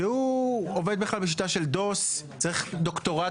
שהוא עובד בכלל בשיטה של דוס צריך דוקטורט